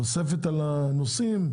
תוספת על הנושאים,